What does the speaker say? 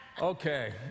Okay